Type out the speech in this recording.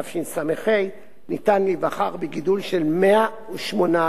תשס"ה, אפשר להיווכח בגידול של 108%;